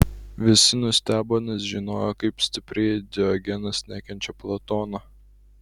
visi nustebo nes žinojo kaip stipriai diogenas nekenčia platono